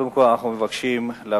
קודם כול, אנחנו מבקשים להפריד